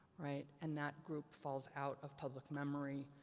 right, and that group falls out of public memory,